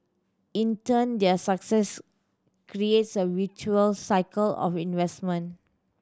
in turn their success creates a virtuous cycle of investment